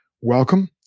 welcome